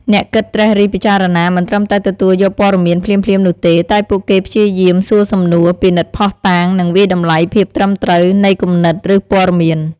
អ្នកគិតត្រិះរិះពិចារណា មិនត្រឹមតែទទួលយកព័ត៌មានភ្លាមៗនោះទេ តែពួកគេព្យាយាម សួរសំណួរ ពិនិត្យភស្តុតាង និងវាយតម្លៃភាពត្រឹមត្រូវ នៃគំនិត ឬព័ត៌មាន។